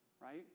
right